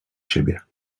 ciebie